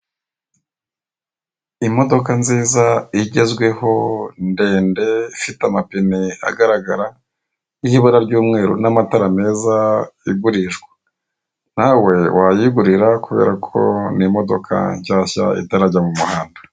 imodoka nziza igezweho ndende ifite amapine agaragara n'ibara ry'umweru n'amatara meza igurishwa nawe wayigurira kubera ko ni imodoka cyashya itarajya mu muhanda.